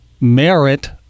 merit